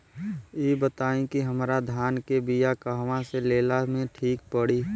इ बताईं की हमरा धान के बिया कहवा से लेला मे ठीक पड़ी?